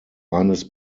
eines